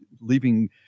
leaving